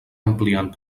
ampliant